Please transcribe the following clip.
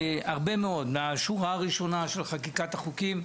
הרבה מאוד, מהשורה הראשונה של חקיקת החוקים.